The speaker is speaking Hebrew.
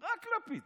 רק לפיד.